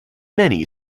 many